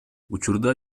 учурда